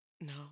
No